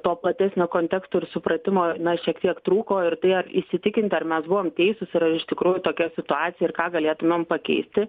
to platesnio konteksto ir supratimoir na šiek tiek trūko ir tai ar įsitikinti ar mes buvom teisūs ir ar iš tikrųjų tokia situacija ir ką galėtumėm pakeisti